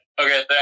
okay